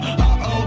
uh-oh